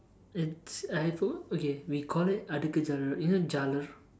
it's I thought okay we call it adukku jaalar is it jaalar